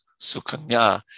Sukanya